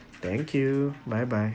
thank you bye bye